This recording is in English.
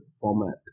format